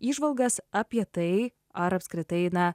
įžvalgas apie tai ar apskritai na